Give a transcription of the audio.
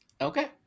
okay